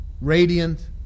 radiant